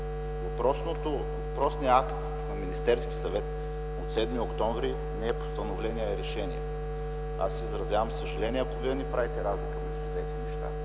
Въпросният акт на Министерския съвет от 7 октомври не е постановление, а е решение. Аз изразявам съжаление, ако Вие не правите разлика между тези неща.